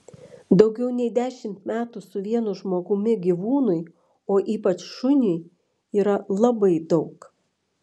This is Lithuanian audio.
daugiau nei dešimt metų su vienu žmogumi gyvūnui o ypač šuniui yra labai daug